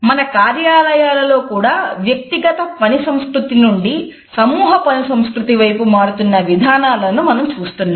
మన కార్యాలయాలలో కూడా వ్యక్తిగత పని సంస్కృతి నుండి సమూహ పని సంస్కృతి వైపు మారుతున్న విధానాలను మనం చూస్తున్నాం